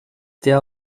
der